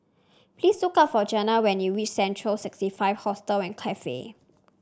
please look up for Jena when you reach Central sixty five Hostel and Cafe